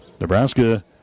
Nebraska